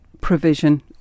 provision